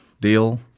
deal